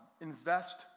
Invest